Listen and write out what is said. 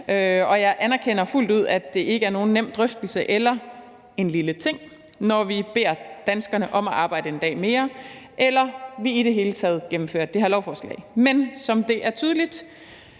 og jeg anerkender fuldt ud, at det ikke er nogen nem drøftelse eller en lille ting, når vi beder danskerne om at arbejde en dag mere eller vi i det hele taget gennemfører det her lovforslag. Men som det er tydeligt,